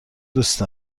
دوست